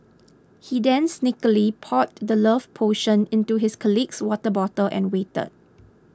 he then sneakily poured the love potion into his colleague's water bottle and waited